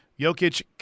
Jokic